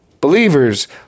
believers